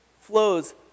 flows